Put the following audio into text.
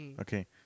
Okay